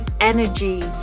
energy